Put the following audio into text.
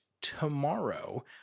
tomorrow